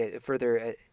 further